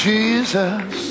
Jesus